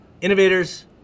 innovators